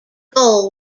goal